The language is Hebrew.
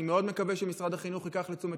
אני מאוד מקווה שמשרד החינוך ייקח לתשומת